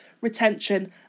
retention